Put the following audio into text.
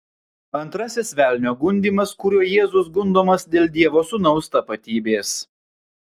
antrasis velnio gundymas kuriuo jėzus gundomas dėl dievo sūnaus tapatybės